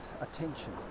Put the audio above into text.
attention